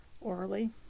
orally